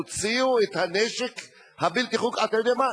תוציאו את הנשק הבלתי-חוקי, אתה יודע מה?